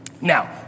Now